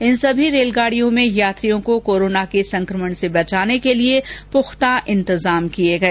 इन सभी रेलगाडियों में यात्रियों को कोरोना के संकमण से बचाने के लिए पुख्ता इंतजाम किए गए